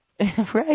right